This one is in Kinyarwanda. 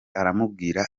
aramubwira